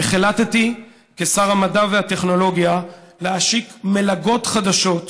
החלטתי כשר המדע והטכנולוגיה להשיק מלגות חדשות